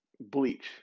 Bleach